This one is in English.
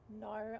No